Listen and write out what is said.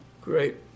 Great